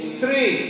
three